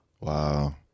Wow